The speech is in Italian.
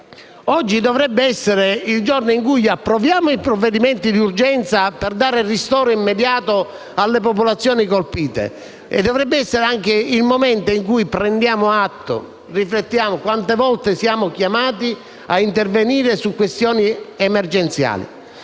Oggi dovrebbe essere il giorno in cui approviamo i provvedimenti d'urgenza per dare ristoro immediato alle popolazioni colpite e anche quello con in cui prendiamo atto e riflettiamo su quante volte siamo chiamati ad intervenire su questioni emergenziali.